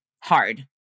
hard